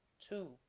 to,